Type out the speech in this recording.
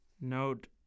Note